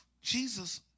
Jesus